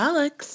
Alex